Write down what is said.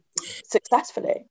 successfully